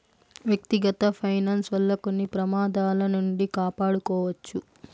వ్యక్తిగత ఫైనాన్స్ వల్ల కొన్ని ప్రమాదాల నుండి కాపాడుకోవచ్చు